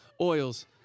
oils